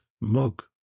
mug